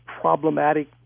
problematic